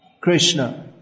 Krishna